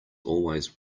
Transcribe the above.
always